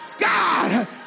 God